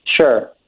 Sure